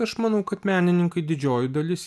aš manau kad menininkai didžioji dalis